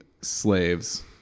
slaves